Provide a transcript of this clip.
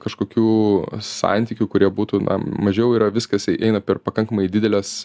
kažkokių santykių kurie būtų mažiau yra viskas eina per pakankamai dideles